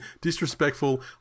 Disrespectful